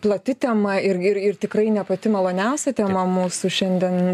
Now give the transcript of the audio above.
plati tema ir ir ir tikrai ne pati maloniausia tema mūsų šiandien